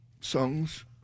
songs